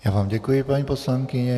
Já vám děkuji, paní poslankyně.